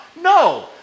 No